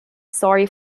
sorry